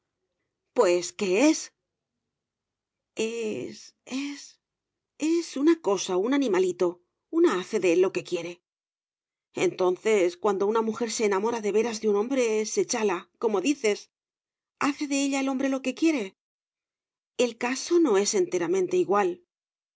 pues qué es es es es una cosa un animalito una hace de él lo que quiere entonces cuando una mujer se enamora de veras de un hombre se chala como dices hace de ella el hombre lo que quiere el caso no es enteramente igual